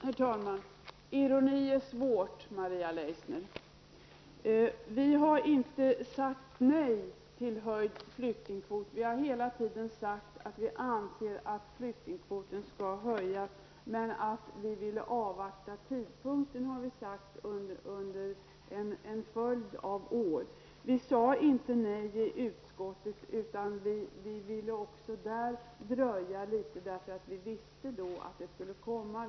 Herr talman! Ironi är svårt, Maria Leissner. Vi har inte sagt nej till höjd flyktingkvot. Vi har hela tiden sagt att vi anser att flyktingkvoten skall höjas, men vi ville avvakta tidpunkten. Vi sade inte nej i utskottet, utan vi ville även där dröja litet därför att vi visste att en proposition skulle komma.